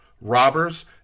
robbers